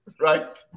right